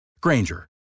Granger